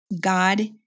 God